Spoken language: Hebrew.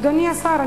אדוני השר,